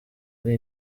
ali